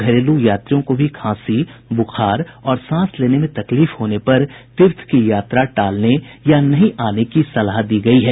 घरेलू यात्रियों को भी खांसी बुखार और सांस लेने में तकलीफ होने पर तीर्थ की यात्रा टालने या नहीं आने की सलाह दी गई है